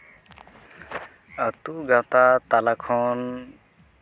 ᱟᱛᱩ ᱜᱟᱶᱛᱟ ᱛᱟᱞᱟ ᱠᱷᱚᱱ